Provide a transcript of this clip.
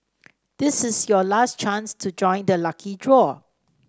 this is your last chance to join the lucky draw